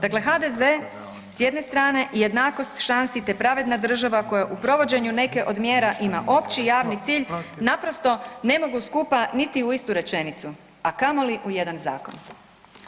Dakle HDZ, s jedne strane i jednakost šansi te pravedna država koja u provođenju neke od mjera ima opći i javni cilj, naprosto ne mogu skupa niti u istu rečenicu a kamoli u jedan zakon.